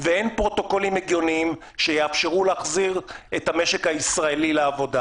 ואין פרוטוקולים הגיוניים שיאפשרו להחזיר את המשק הישראלי לעבודה.